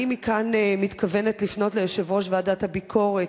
אני מכאן מתכוונת לפנות ליושב-ראש ועדת הביקורת,